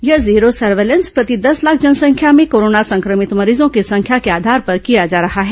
यह sero surveillance प्रति दस लाख जनसंख्या में कोरोना संक्रमित मरीजों की संख्या के आधार पर किया जा रहा है